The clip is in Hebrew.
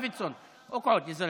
(אומר בערבית: שב, ידידי.)